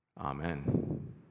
Amen